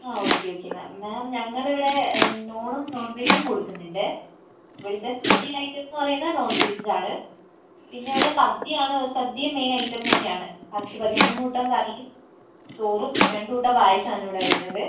ആ okay okay ma'am ma'am ഞങ്ങളിവിടെ നോണും നോൺ വെജ്ജും കൊടുക്കുന്നുണ്ട് ഇവിടുത്തെ സ്പെഷ്യൽ ഐറ്റം എന്ന് പറയുന്നത് നോൺ വെജ്ജാണ് പിന്നെ ഇവിടെ സദ്യ ആണ് സദ്യയും മെയിൻ ഐറ്റം തന്നെയാണ് പത്ത് പതിമൂന്ന് കൂട്ടം കറിയും ചോറും രണ്ട് കൂട്ടം പായസമാണ് ഇവിടെ വരുന്നത്